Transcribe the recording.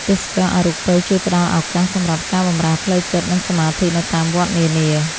ទេសចរណ៍អរូបីជួយផ្ដល់ឱកាសសម្រាប់ការបម្រើផ្លូវចិត្ត និងសមាធិនៅតាមវត្តនានា។